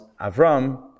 Avram